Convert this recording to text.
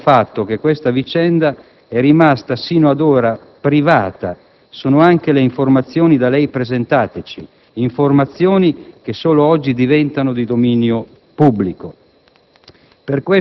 Prova del fatto che questa vicenda è rimasta, sino ad ora, privata sono anche le informazioni da lei presentateci, che solo oggi diventano di dominio pubblico.